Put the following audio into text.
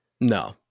no